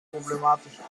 problematischer